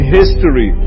history